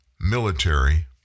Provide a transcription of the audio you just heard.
military